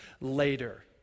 later